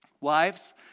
Wives